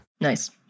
Nice